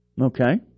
Okay